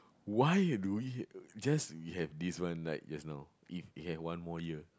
why do we because we have this one last year